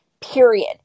Period